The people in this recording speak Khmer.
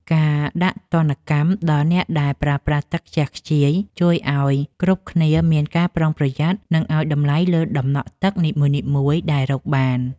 ការដាក់ទណ្ឌកម្មដល់អ្នកដែលប្រើប្រាស់ទឹកខ្ជះខ្ជាយជួយឱ្យគ្រប់គ្នាមានការប្រុងប្រយ័ត្ន និងឱ្យតម្លៃលើដំណក់ទឹកនីមួយៗដែលរកបាន។